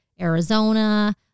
Arizona